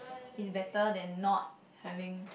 is better than not having